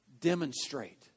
Demonstrate